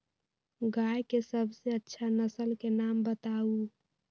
गाय के सबसे अच्छा नसल के नाम बताऊ?